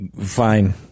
Fine